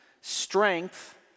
strength